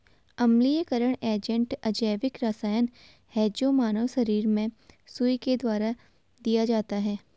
अम्लीयकरण एजेंट अजैविक रसायन है जो मानव शरीर में सुई के द्वारा दिया जाता है